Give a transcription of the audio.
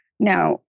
Now